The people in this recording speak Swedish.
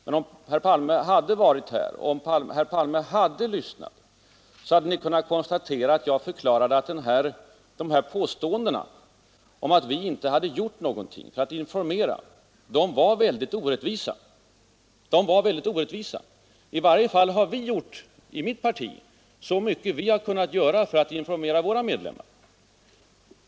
Men om herr Palme hade varit här och om herr Palme hade lyssnat, hade Ni kunnat konstatera att jag förklarade att påståendena om att vi inte gjort någonting för att informera var väldigt orättvisa. I varje fall har vi i mitt parti gjort så mycket vi kunnat för att informera våra medlemmar.